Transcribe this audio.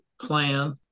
plan